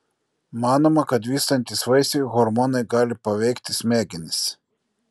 manoma kad vystantis vaisiui hormonai gali paveikti smegenis